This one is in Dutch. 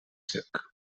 stuk